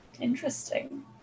Interesting